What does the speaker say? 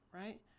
right